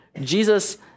Jesus